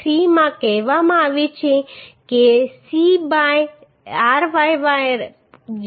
3 માં કહેવામાં આવ્યું છે કે c બાય રાય 0